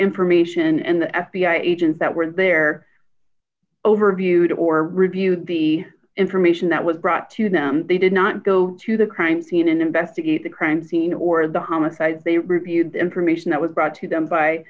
information and the f b i agents that were there over viewed or reviewed the information that was brought to them they did not go to the crime scene and investigate the crime scene or the homicide they reviewed the information that was brought to them by